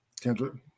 Kendra